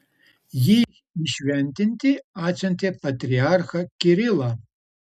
jį įšventinti atsiuntė patriarchą kirilą